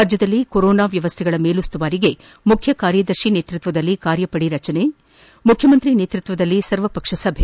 ರಾಜ್ಯದಲ್ಲಿ ಕೊರೊನಾ ವ್ಯವಸ್ಥೆಗಳ ಮೇಲುಸ್ತುವಾರಿಗೆ ಮುಖ್ಯ ಕಾರ್ಯದರ್ಶಿ ನೇತೃತ್ವದಲ್ಲಿ ಕಾರ್ಯಪಡೆ ರಚನೆ ಮುಖ್ಯಮಂತ್ರಿ ನೇತೃತ್ವದಲ್ಲಿ ಸರ್ವಪಕ್ಷ ಸಭೆ